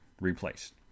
replaced